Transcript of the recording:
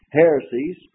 heresies